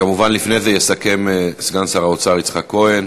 כמובן, לפני זה יסכם סגן שר האוצר יצחק כהן,